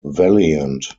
valiant